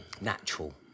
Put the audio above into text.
natural